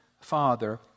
Father